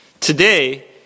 Today